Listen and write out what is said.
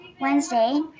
Wednesday